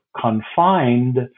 confined